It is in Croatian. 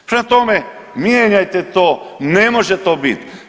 Prema tome, mijenjajte to ne može to bit.